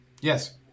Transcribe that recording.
Yes